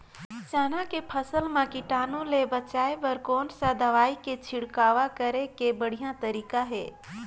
चाना के फसल मा कीटाणु ले बचाय बर कोन सा दवाई के छिड़काव करे के बढ़िया तरीका हे?